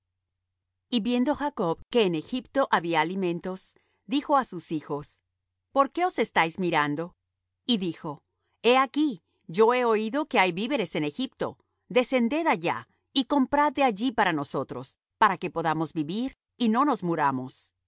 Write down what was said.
y viendo jacob que en egipto había alimentos dijo á sus hijos por qué os estáis mirando y dijo he aquí yo he oído que hay víveres en egipto descended allá y comprad de allí para nosotros para que podamos vivir y no nos muramos